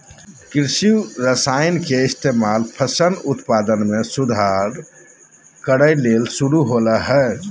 कृषि रसायन के इस्तेमाल फसल उत्पादन में सुधार करय ले शुरु होलय हल